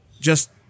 just-